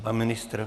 Pan ministr?